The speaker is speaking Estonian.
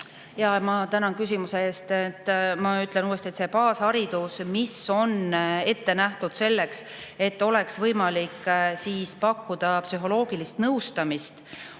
Ma tänan küsimuse eest. Ma ütlen uuesti, et see baasharidus, mis on ette nähtud selleks, et oleks võimalik pakkuda psühholoogilist nõustamist,